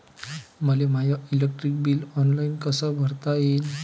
मले my electric bill online कस भरता येईन?